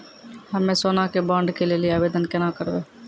हम्मे सोना के बॉन्ड के लेली आवेदन केना करबै?